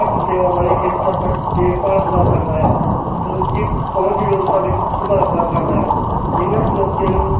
ਘੱਟ ਸੇਵਾ ਵਾਲੇ ਖੇਤਰ ਤੱਕ ਦੇਖਭਾਲ ਵਧਾ ਸਕਦਾ ਹੈ ਸਮੁੱਚੀ ਪਹੁੰਚਯੋਗਤਾ ਵਿੱਚ ਸੁਧਾਰ ਕਰ ਸਕਦਾ ਹੈ ਇਹਨਾਂ ਚੁਣੌਤੀਆਂ ਨੂੰ